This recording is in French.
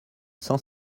cent